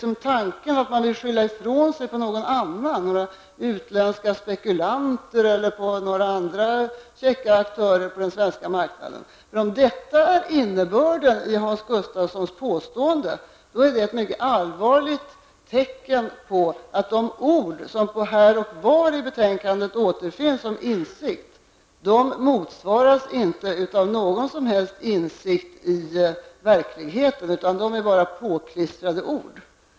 Är tanken att man vill skylla ifrån sig på någon annan, några utländska spekulanter eller andra käcka aktörer på den svenska marknaden? Om detta är innebörden i Hans Gustafssons påstående, är det ett mycket allvarligt tecken på att de ord som står här och var i betänkandet som tyder på insikt, inte motsvaras av någon som helst insikt i verkligheten. Det är bara påklistrade ord.